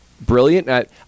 brilliant